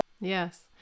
yes